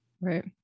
Right